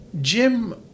Jim